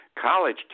college